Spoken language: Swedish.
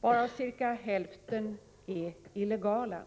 varav ca hälften är illegala.